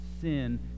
sin